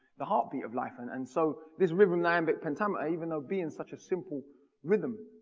the heartbeat of life. and and so, this rhythm, iambic pentameter, even though being such a simple rhythm,